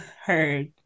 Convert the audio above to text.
heard